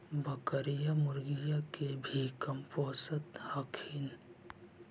बकरीया, मुर्गीया के भी कमपोसत हखिन?